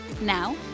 Now